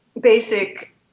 basic